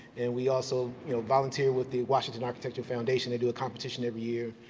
and we also, you know, volunteer with the washington architecture foundation. they do a competition every year.